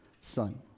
son